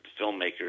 filmmakers